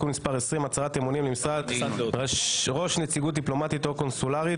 מס' 20) (הצהרת אמונים למשרת ראש נציגות דיפלומטית או קונסולרית),